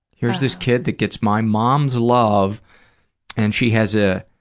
here's this kid that gets my mom's love and she has a,